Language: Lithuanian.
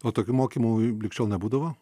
o tokių mokymų ligšiol nebūdavo